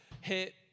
hit